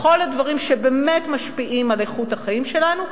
בכל הדברים שבאמת משפיעים על איכות החיים שלנו,